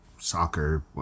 soccer